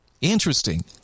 Interesting